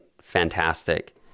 fantastic